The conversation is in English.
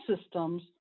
systems